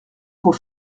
faut